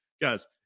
Guys